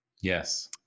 Yes